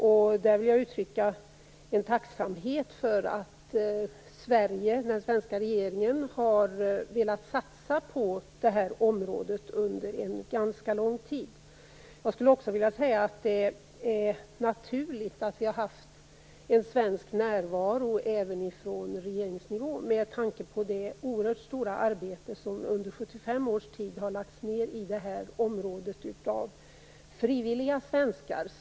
Jag vill uttrycka en tacksamhet för att Sverige och den svenska regeringen har velat satsa på detta område under en ganska lång tid. Den svenska närvaron, även från regeringsnivå, tycker jag är naturlig med tanke på det oerhört stora arbete som under 75 års tid har lagts ned i detta område av frivilliga svenskar.